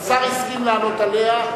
השר הסכים לענות עליה,